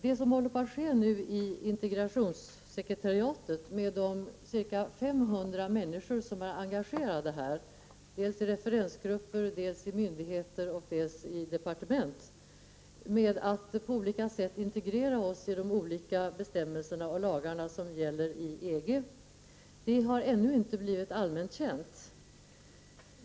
Det som håller på att ske i integrationssekretariatet med de ca 500 människor som dels i referensgrupper, dels i myndigheter och dels i departement är engagerade med att på olika sätt integrera Sverige i de olika bestämmelser och lagar som gäller i EG har ännu inte blivit allmänt känt.